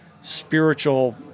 spiritual